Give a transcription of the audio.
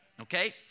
okay